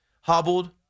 hobbled